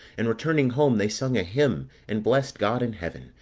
and returning home, they sung a hymn, and blessed god in heaven,